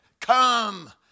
come